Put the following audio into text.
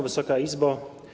Wysoka Izbo!